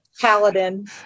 Paladin